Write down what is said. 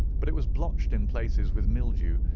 but it was blotched in places with mildew,